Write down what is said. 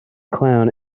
clown